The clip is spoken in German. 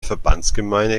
verbandsgemeinde